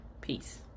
Peace